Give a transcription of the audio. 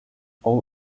all